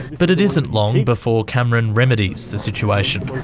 but it isn't long before cameron remedies the situation.